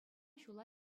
ҫула